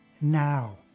now